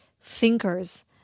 thinkers